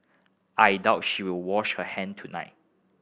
I doubt she will wash her hand tonight